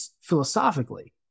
philosophically